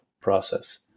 process